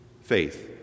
faith